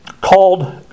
called